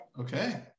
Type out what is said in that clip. okay